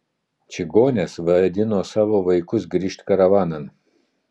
čigonės vadino savo vaikus grįžt karavanan